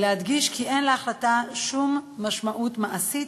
להדגיש כי אין להחלטה שום משמעות מעשית,